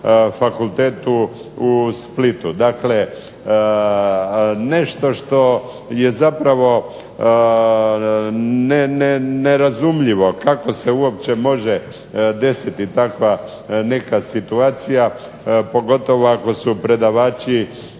fakultetu u Splitu. Dakle, nešto što je zapravo nerazumljivo kako se uopće može desiti takva nekakva situacija pogotovo ako predavači